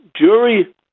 jury